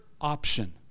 option